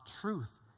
truth